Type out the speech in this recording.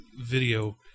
video